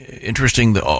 interesting